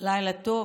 לילה טוב,